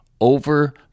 over